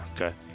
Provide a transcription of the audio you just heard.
Okay